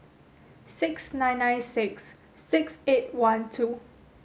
six nine nine six six eight one two